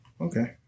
Okay